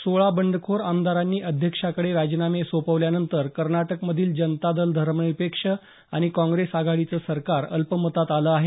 सोळा बंडखोर आमदारांनी अध्यक्षांकडे राजिनामे सोपवल्यानंतर कर्नाटकमधील जनतादल धर्मनिरपेक्ष आणि काँग्रेस आघाडीचं सरकार अल्पमतात आलं आहे